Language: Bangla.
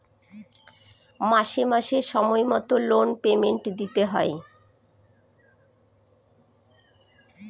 মাসে মাসে সময় মতো লোন পেমেন্ট দিতে হয়